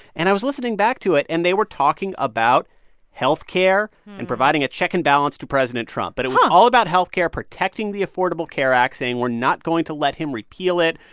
and i was listening back to it. and they were talking about health care and providing a check and balance to president trump. but it was all about health care, protecting the affordable care act, saying, we're not going to let him repeal it.